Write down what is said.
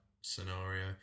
scenario